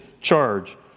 charge